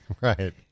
Right